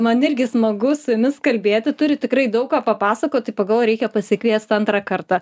man irgi smagu su jumis kalbėti turit tikrai daug ką papasakot tai pagalvojau reikia pasikviest antrą kartą